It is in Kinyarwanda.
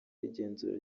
y’igenzura